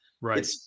Right